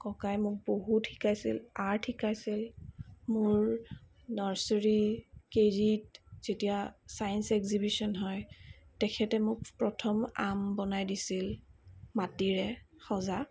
ককাই মোক বহুত শিকাইছিল আৰ্ট শিকাইছিল মোৰ নাৰ্চাৰি কে জিত যেতিয়া চাইঞ্চ এক্সিবিজন হয় তেখেতে প্ৰথম মোক আম বনাই দিছিল মাটিৰে সজা